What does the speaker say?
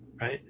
Right